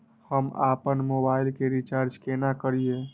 हम आपन मोबाइल के रिचार्ज केना करिए?